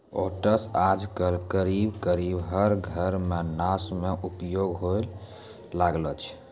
oats आजकल करीब करीब हर घर मॅ नाश्ता मॅ उपयोग होय लागलो छै